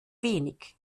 wenig